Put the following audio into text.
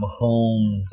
Mahomes